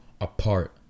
apart